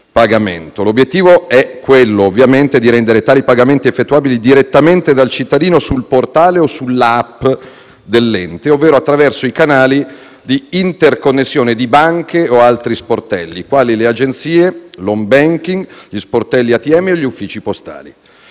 L'obiettivo è ovviamente rendere tali pagamenti effettuabili direttamente dal cittadino sul portale o sulla *app* dell'ente, ovvero attraverso i canali di interconnessione di banche o altri sportelli, quali le agenzie, l'*home banking*, gli sportelli ATM o gli uffici postali.